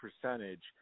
percentage